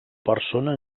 persona